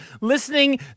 listening